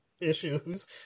issues